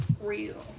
real